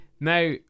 now